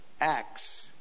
acts